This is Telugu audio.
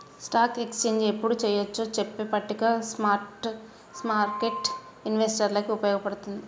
స్టాక్ ఎక్స్చేంజ్ ఎప్పుడు చెయ్యొచ్చో చెప్పే పట్టిక స్మార్కెట్టు ఇన్వెస్టర్లకి ఉపయోగపడుతుంది